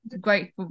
great